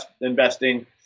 investing